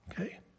okay